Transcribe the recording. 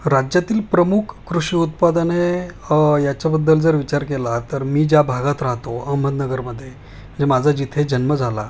राज्यातील प्रमुख कृषी उत्पादने याच्याबद्दल जर विचार केला तर मी ज्या भागात राहतो अहमदनगरमधे म्हणजे माझा जिथे जन्म झाला